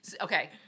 Okay